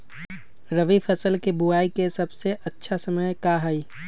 रबी फसल के बुआई के सबसे अच्छा समय का हई?